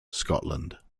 scotland